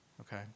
Okay